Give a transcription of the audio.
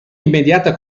immediata